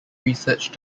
research